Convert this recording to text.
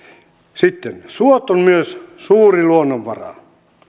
sitten suot ovat myös suuri luonnonvara